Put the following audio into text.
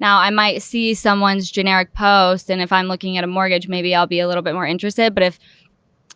now i might see someone's generic post and if i'm looking at a mortgage, maybe i'll be a little bit more interested, but if